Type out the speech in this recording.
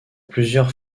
plusieurs